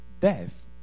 death